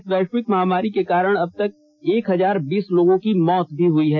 इस वैश्विक महामारी के कारण अब तक एक हजार बीस लोगों की मौत हो गई है